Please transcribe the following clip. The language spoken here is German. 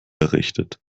errichtet